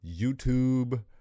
YouTube